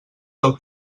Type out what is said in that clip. del